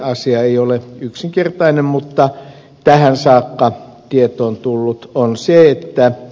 asia ei ole yksinkertainen mutta tähän saakka tietoon on tullut se että e